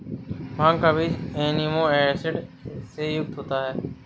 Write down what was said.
भांग का बीज amino acid से युक्त होता है